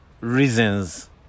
reasons